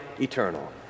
eternal